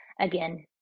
again